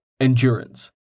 Endurance